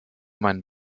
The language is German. meinen